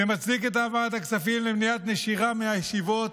זה מצדיק את העברת הכספים למניעת נשירה מהישיבות,